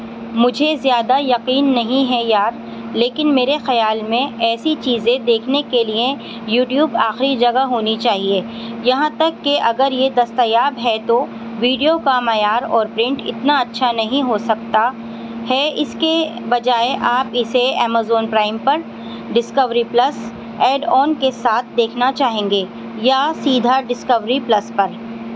مجھے زیادہ یقین نہیں ہے یار لیکن میرے خیال میں ایسی چیزیں دیکھنے کے لئیں یو ٹیوب آخری جگہ ہونی چاہیے یہاں تک کہ اگر یہ دستیاب ہے تو ویڈیو کا معیار اور پرنٹ اتنا اچھا نہیں ہو سکتا ہے اس کے بجائے آپ اسے امازون پرائم پر ڈسکوری پلس ایڈ آن کے ساتھ دیکھنا چاہیں گے یا سیدھا ڈسکوری پلس پر